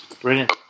brilliant